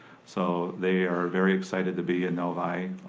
so they are very excited to be in novi.